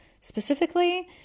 specifically